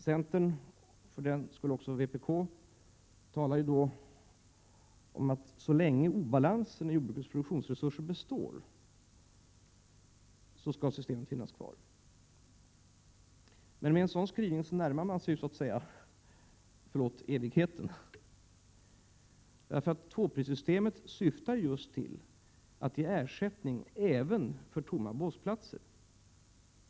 Centern, och förvisso även vpk, menar att systemet skall finnas kvar så länge obalansen i jordbrukets produktionsresurser består. Men med en sådan skrivning närmar man ju sig så att säga, förlåt, evigheten. Tvåprissystemet syftar just till att ge ersättning även för tomma båsplatser.